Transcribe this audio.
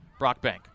Brockbank